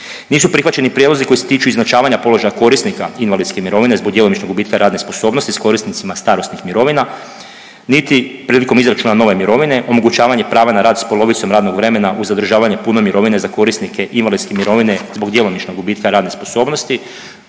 Nisu prihvaćeni prijedlozi koji se tiču izjednačavanja položaja korisnika invalidske mirovine zbog djelomičnog gubitka radne sposobnosti s korisnicima starosnih mirovina niti prilikom izračuna nove mirovine omogućavanje prava na rad s polovicom radnog vremena uz zadržavanje pune mirovine za korisnike invalidske mirovine zbog djelomičnog gubitka radne sposobnosti.